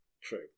True